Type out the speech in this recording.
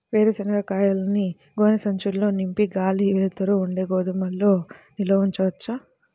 వేరుశనగ కాయలను గోనె సంచుల్లో నింపి గాలి, వెలుతురు ఉండే గోదాముల్లో నిల్వ ఉంచవచ్చా?